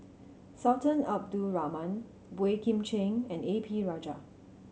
Sultan Abdul Rahman Boey Kim Cheng and A P Rajah